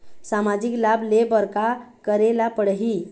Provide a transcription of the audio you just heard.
सामाजिक लाभ ले बर का करे ला पड़ही?